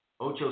Ocho